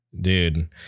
dude